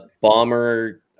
bomber